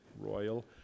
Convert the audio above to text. royal